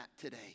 today